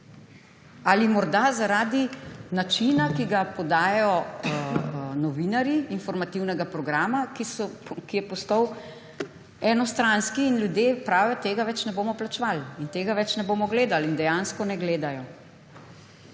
Ali morda zaradi načina, ki ga podajajo novinarji informativnega programa, ki je postal enostranski? In ljudje pravijo, da tega več ne bodo plačevaliin tega več ne bodo gledali. In dejansko ne gledajo.